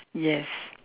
yes